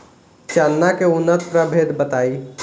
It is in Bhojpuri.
चना के उन्नत प्रभेद बताई?